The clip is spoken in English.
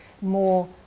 more